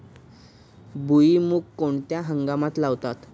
भुईमूग कोणत्या हंगामात लावतात?